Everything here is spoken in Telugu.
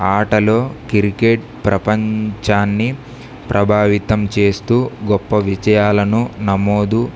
ఆటలో క్రికెట్ ప్రపంచాన్ని ప్రభావితం చేస్తూ గొప్ప విజయాలను నమోదు